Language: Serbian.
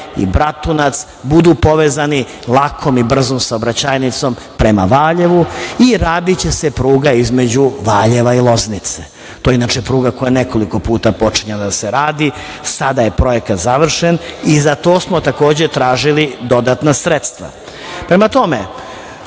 i Bratunac budu povezani lakom i brzom saobraćajnicom prema Valjevu i radiće se pruga između Valjeva i Loznice. To je inače pruga koja je nekoliko puta počinjana da se radi. sada je projekat završen i za to smo takođe tražili dodatna sredstva. Prema tome,